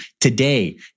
today